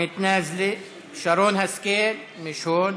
מתנאזלה, שרן השכל, מיש הון,